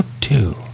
Two